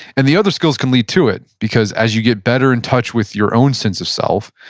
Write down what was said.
and the other skills can lead to it because as you get better in touch with your own sense of self,